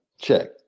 check